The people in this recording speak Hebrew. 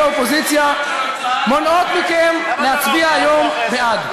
אופוזיציה מונעות מכם להצביע היום בעד.